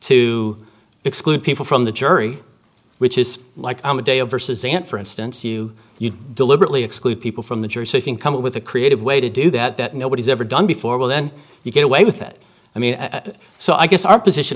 to exclude people from the jury which is like a day of verses and for instance you you deliberately exclude people from the jury so you can come up with a creative way to do that that nobody's ever done before will then you get away with it i mean so i guess our position